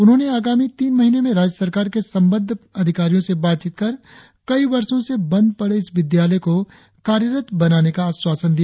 उन्होंने आगामी तीन महीने में राज्य सरकार के संबंद्ध अधिकारियों से बातचीत कर कई वर्षों से बंद पड़े इस विद्यालय को कार्यरत बनाने का आश्वासन दिया